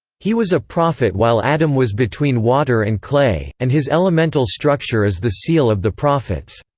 he was a prophet while adam was between water and clay, and his elemental structure is the seal of the prophets.